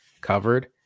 covered